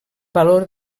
valor